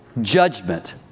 judgment